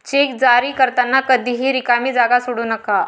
check जारी करताना कधीही रिकामी जागा सोडू नका